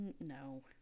no